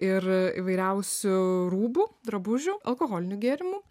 ir įvairiausių rūbų drabužių alkoholinių gėrimų